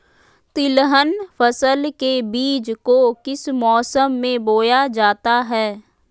तिलहन फसल के बीज को किस मौसम में बोया जाता है?